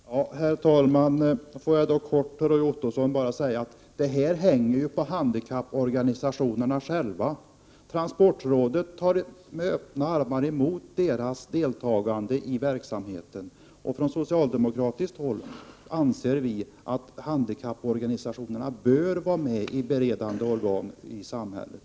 Riksfardtjänsten Herr talman! Får jag till Roy Ottosson bara säga att det här hänger på handikapporganisationerna själva. Transportrådet tar med öppna armar emot deras deltagande i verksamheten. Och från socialdemokratiskt håll anser vi att handikapporganisationerna bör vara med i beredande organ i samhället.